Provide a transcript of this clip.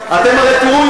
אתם הרי תראו,